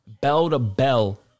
bell-to-bell